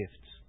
gifts